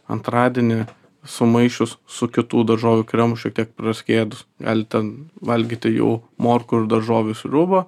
antradienį sumaišius su kitų daržovių kremu šiek tiek praskiedus galit ten valgyti jau morkų ir daržovių sriubą